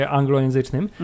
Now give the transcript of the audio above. anglojęzycznym